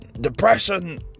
Depression